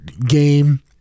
game